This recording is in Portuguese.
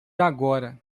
agora